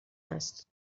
است